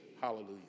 Hallelujah